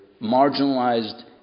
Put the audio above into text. marginalized